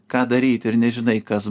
ką daryt ir nežinai kas